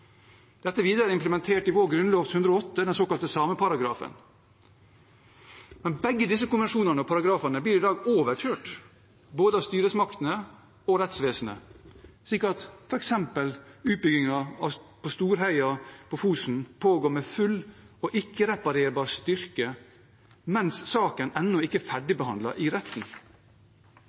Dette er videre implementert i vår grunnlovs § 108, den såkalte sameparagrafen. Men begge disse konvensjonene og paragrafene blir i dag overkjørt, av både styresmaktene og rettsvesenet, slik at f.eks. utbyggingen på Storheia på Fosen pågår med full og ikke-reparerbar styrke mens saken ennå ikke er ferdigbehandlet i retten.